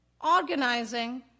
organizing